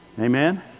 Amen